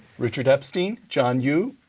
richard epstein, john yoo,